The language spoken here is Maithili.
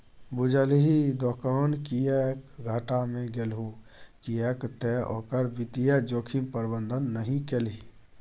बुझलही दोकान किएक घाटा मे गेलहु किएक तए ओकर वित्तीय जोखिम प्रबंधन नहि केलही